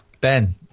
Ben